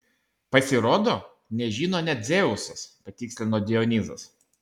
pasirodo nežino nė dzeusas patikslino dionizas